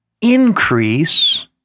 increase